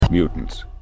mutants